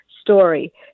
story